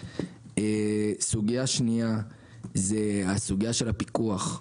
סוגייה שנייה היא הסוגייה של הפיקוח.